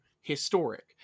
historic